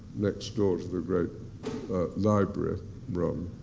next door to the great library room.